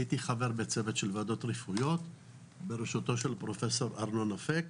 אני הייתי חבר בצוות של ועדות רפואיות בראשותו של פרופ' ארנון אפק.